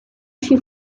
she